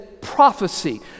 prophecy